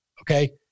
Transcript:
Okay